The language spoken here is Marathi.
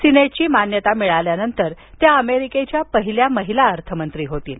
सिनेटची मान्यता मिळाल्यानंतर त्या अमेरिकेच्या पहिल्या महिला अर्थमंत्री होतील